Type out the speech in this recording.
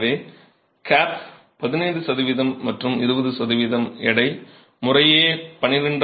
எனவே கேப் 15 சதவிகிதம் மற்றும் 20 சதவிகிதம் எடை முறையே 12